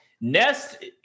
Nest